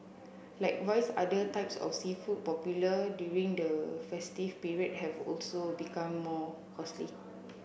likewise other types of seafood popular during the festive period have also become more costly